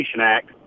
Act